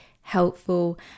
helpful